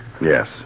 Yes